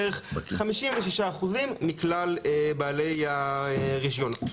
בערך 56 אחוזים מכלל בעלי הרישיונות.